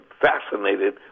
fascinated